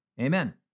Amen